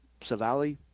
Savali